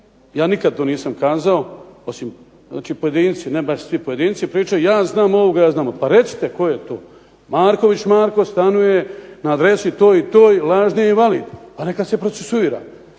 ja nikad to nisam kazao osim znači pojedinci, ne baš svi pojedinci pričaju ja znam ovoga, ja znam ovoga. Pa recite tko je to. Marković Marko stanuje na adresi toj i toj lažni je invalid pa neka se procesura.